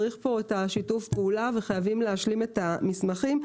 צריך פה את שיתוף הפעולה וחייבים להשלים את המסמכים,